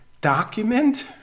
Document